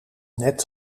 net